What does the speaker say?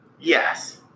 Yes